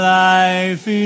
life